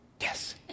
Yes